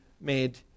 made